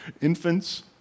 Infants